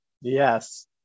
yes